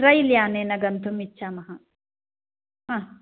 rail यानेन गन्तुम् इच्छामः हा